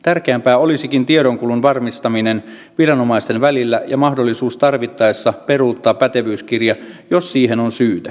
tärkeämpää olisikin tiedonkulun varmistaminen viranomaisten välillä ja mahdollisuus tarvittaessa peruuttaa pätevyyskirja jos siihen on syytä